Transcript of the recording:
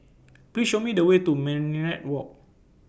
Please Show Me The Way to Minaret Walk